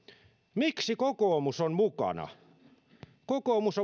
miksi kokoomus on mukana kokoomus